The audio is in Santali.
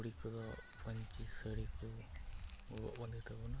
ᱟᱨ ᱠᱩᱲᱤ ᱠᱚᱫᱚ ᱯᱟᱹᱧᱪᱤ ᱥᱟᱹᱲᱤᱠᱚ ᱜᱚᱜᱚᱜ ᱵᱟᱸᱫᱮᱭ ᱛᱟᱵᱚᱱᱟ